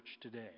today